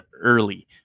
early